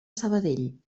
sabadell